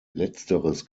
letzteres